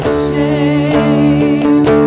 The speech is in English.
shame